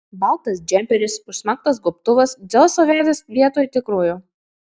baltas džemperis užsmauktas gobtuvas dzeuso veidas vietoj tikrojo